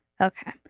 Okay